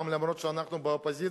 אומנם אנחנו באופוזיציה,